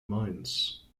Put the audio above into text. meins